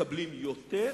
מקבלים יותר,